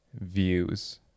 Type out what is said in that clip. views